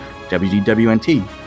WDWNT